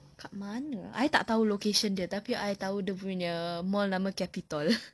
dekat mana I tak tahu location dia tapi I tahu dia punya mall nama capital